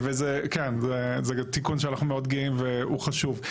כן וזה תיקון שאנחנו מאוד גאים והוא חשוב.